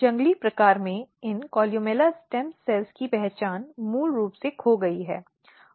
जंगली प्रकार में इन कोलुमेला स्टेम कोशिकाओं की पहचान मूल रूप से खो गई है और यह विभेदित है